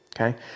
okay